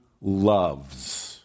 loves